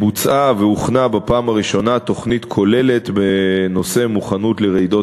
בוצעה והוכנה בפעם הראשונה תוכנית כוללת בנושא מוכנות לרעידות